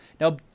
Now